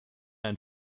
ein